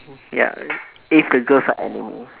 ya if the girl likes anime